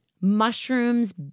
Mushrooms